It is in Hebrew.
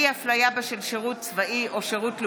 אי-הפליה בשל שירות צבאי או שירות לאומי),